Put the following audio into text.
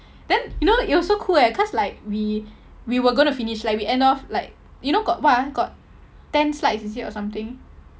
then you know it was so cool eh cause like we we were gonna finish like we end off like you know got what ah got ten slides is it or something